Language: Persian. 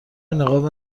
نقاب